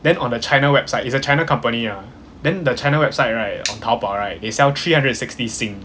then on the china website it's a china company ah then the china website right on 淘宝 right they sell three hundred and sixty sing